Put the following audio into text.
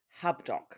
Hubdoc